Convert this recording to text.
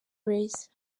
grace